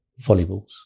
volleyballs